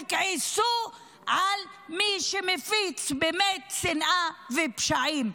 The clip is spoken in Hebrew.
תכעסו על מי שבאמת מפיץ שנאה ופשעים,